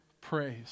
praise